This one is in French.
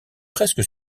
presque